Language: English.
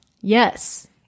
yes